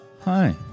Hi